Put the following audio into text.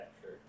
sure